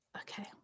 Okay